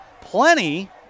plenty